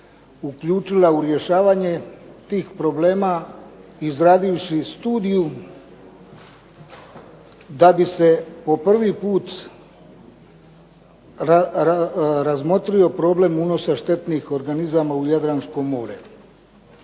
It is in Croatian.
uključila u rješavanje tih problema izradivši studiju da bi se po prvi put razmotrio problem unosa štetnih organizama u Jadransko more.